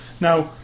Now